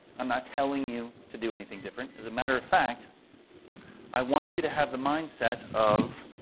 i'm not telling you to do anything different. as a matter of fact i want you to have the mindset of